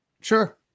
Sure